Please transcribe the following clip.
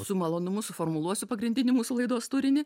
su malonumu suformuluosiu pagrindinį mūsų laidos turinį